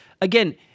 again